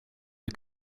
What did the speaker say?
del